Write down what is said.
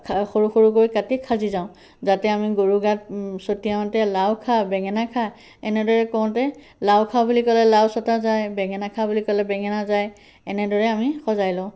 সৰু সৰুকৈ কাটি সাজি যাওঁ যাতে আমি গৰু গাত চটিয়াওঁতে লাও খা বেঙেনা খা এনেদৰে কওঁতে লাও খা বুলি ক'লে লাওচটা যায় বেঙেনা খা বুলি ক'লে বেঙেনা যায় এনেদৰে আমি সজাই লওঁ